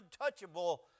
untouchable